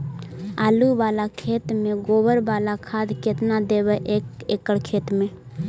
आलु बाला खेत मे गोबर बाला खाद केतना देबै एक एकड़ खेत में?